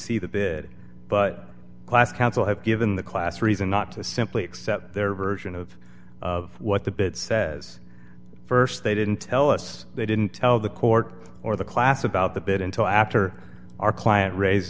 see the bid but class council have given the class reason not to simply accept their version of what the bit says st they didn't tell us they didn't tell the court or the class about the bit until after our client raise